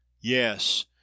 Yes